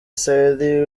cyril